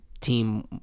team